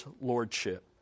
Lordship